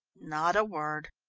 not a word.